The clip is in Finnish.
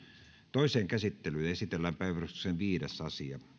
toiseen käsittelyyn esitellään päiväjärjestyksen viides asia